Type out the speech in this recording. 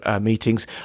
meetings